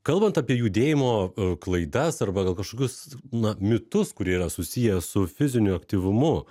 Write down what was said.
kalbant apie judėjimo klaidas arba gal kažkokius na mitus kurie yra susiję su fiziniu aktyvumu